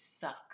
suck